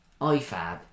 IFAB